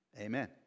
Amen